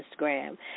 Instagram